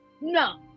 no